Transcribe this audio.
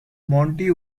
monty